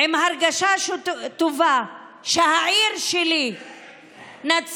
עם הרגשה טובה שלגבי העיר שלי נצרת,